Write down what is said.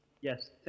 Yes